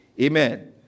Amen